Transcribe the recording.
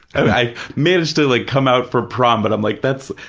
i managed to like come out for prom, but i'm like, that's,